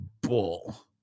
bull